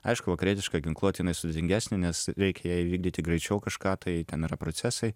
aišku vakarietiška ginkluotė jinai sudėtingesnė nes reikia jei įvykdyti greičiau kažką tai ten yra procesai